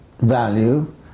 value